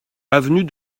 avenue